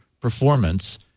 performance